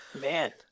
Man